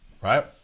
right